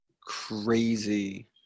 crazy